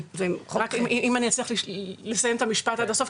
רק אם אני אצליח לסיים את המשפט עד הסוף,